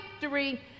victory